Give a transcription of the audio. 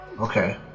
Okay